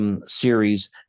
series –